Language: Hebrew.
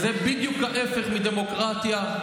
זה בדיוק ההפך מדמוקרטיה.